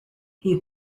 you